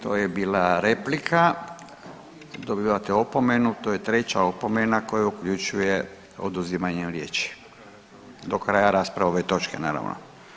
To je bila replika, dobivate opomenu, to je treća opomena koja uključuje oduzimanje riječi do kraja rasprave ove točke naravno.